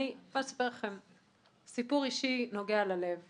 אני רוצה לספר לכם סיפור אישי נוגע ללב.